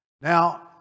Now